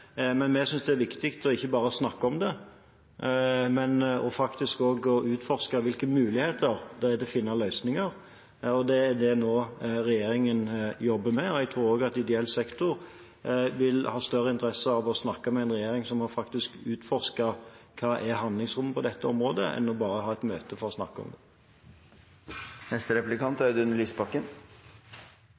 men vi synes det er viktig ikke bare å snakke om det, men faktisk også utforske hvilke muligheter det er til å finne løsninger. Det er det regjeringen nå jobber med. Jeg tror også at ideell sektor vil ha større interesse av å snakke med en regjering som faktisk nå utforsker hva som er handlingsrommet på dette området, enn bare å ha et møte for å snakke om det. Det siste statsråden sa i sitt innlegg om Bufetat, er